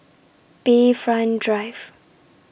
Bayfront Drive